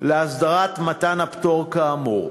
להסדרת מתן הפטור כאמור.